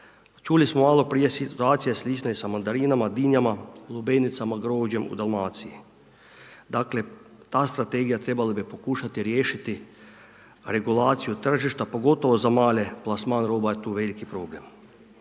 čuli smo malo prije situacija je slična i sa mandarinama, dinjama, lubenicama, grožđem u Dalmaciji. Dakle ta strategija trebala bi pokušati riješiti regulaciju tržišta pogotovo za male plasman roba je tu veliki problem.